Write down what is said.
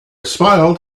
smiled